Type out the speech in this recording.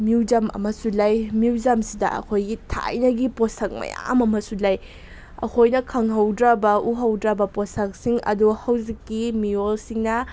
museum ꯑꯃꯁꯨ ꯂꯩ ꯃ꯭ꯌꯨꯖꯝꯁꯤꯗ ꯑꯩꯈꯣꯏꯒꯤ ꯊꯥꯏꯅꯒꯤ ꯄꯣꯠꯁꯛ ꯃꯌꯥꯝ ꯑꯃꯁꯨ ꯂꯩ ꯑꯩꯈꯣꯏꯅ ꯈꯪꯍꯧꯗ꯭ꯔꯕ ꯎꯍꯧꯗ꯭ꯔꯕ ꯄꯣꯠꯁꯛꯁꯤꯡ ꯑꯗꯣ ꯍꯧꯖꯤꯛꯀꯤ ꯃꯤꯔꯣꯜꯁꯤꯡꯅ